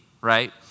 right